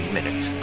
Minute